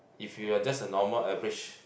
if you are just a normal average